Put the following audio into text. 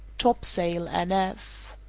topsail, n f.